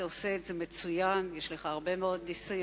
אתה עושה את זה מצוין, יש לך הרבה מאוד ניסיון.